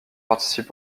participent